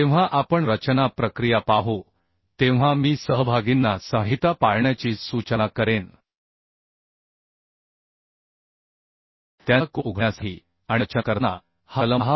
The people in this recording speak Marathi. जेव्हा आपण रचना प्रक्रिया पाहू तेव्हा मी सहभागींना संहिता पाळण्याची सूचना करेन त्यांचा कोड उघडण्यासाठी आणि रचना करताना हा कलम 10